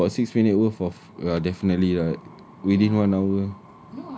did you talk about six minutes worth of definitely right within one hour